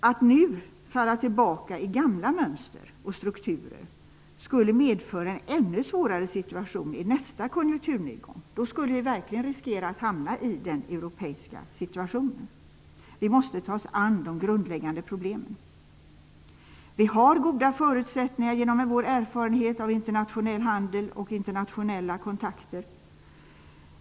Att nu falla tillbaka i gamla mönster och strukturer skulle medföra en ännu svårare situation i nästa konjunkturnedgång. Då skulle vi verkligen riskera att hamna i den europeiska situationen. Vi måste ta oss an de grundläggande problemen. Vi har goda förutsättningar tack vare vår erfarenhet av internationell handel och internationella kontakter.